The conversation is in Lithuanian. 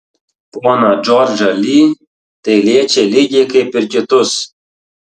poną džordžą li tai liečia lygiai kaip ir kitus